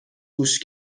گوش